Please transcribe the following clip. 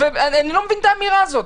ואני לא מבין את האמירה הזאת.